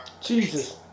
Jesus